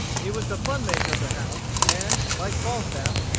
he was the fun-maker of the house, and, like falstaff,